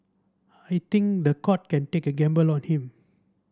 I think the court can take a gamble on him